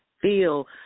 feel